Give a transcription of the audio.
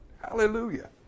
Hallelujah